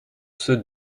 ceux